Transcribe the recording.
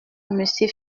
monsieur